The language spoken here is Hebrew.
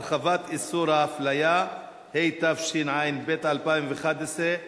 (הרחבת איסור ההפליה), התשע"ב 2011,